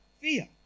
fear